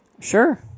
Sure